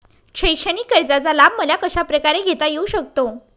शैक्षणिक कर्जाचा लाभ मला कशाप्रकारे घेता येऊ शकतो?